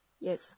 Yes